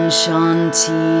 shanti